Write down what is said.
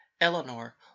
Eleanor